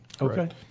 Okay